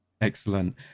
Excellent